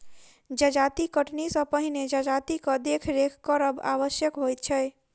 जजाति कटनी सॅ पहिने जजातिक देखरेख करब आवश्यक होइत छै